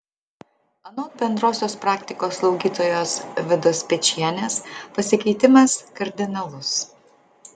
anot bendrosios praktikos slaugytojos vidos spiečienės pasikeitimas kardinalus